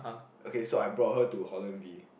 okay so I bought her to Holland-V